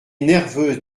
nerveuse